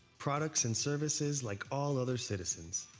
products and services like all other citizens.